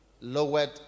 lowered